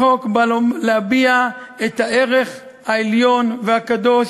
החוק בא להביע את הערך העליון והקדוש